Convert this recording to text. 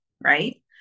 right